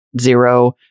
zero